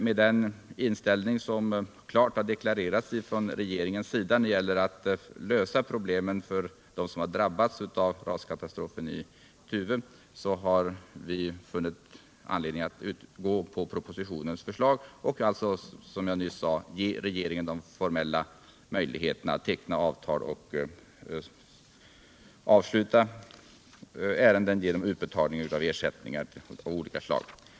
Med den inställning som klart har deklarerats av regeringen när det gäller att lösa problemen för dem som drabbades av raskatastrofen i Tuve, har vi funnit anlednihg att gå på propositionens förslag och, som jag nyss sade, ge regeringen de formella möjligheterna att teckna avtal och avsluta ärenden genom utbetalning av ersättningar av olika slag.